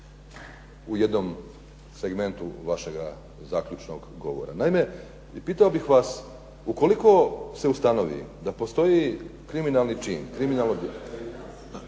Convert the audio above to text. u jednom segmentu vašega zaključnog govora. Naime, i pitao bih vas ukoliko se ustanovi da postoji kriminalni čin, molim? **Šeks,